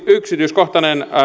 yksityiskohtainen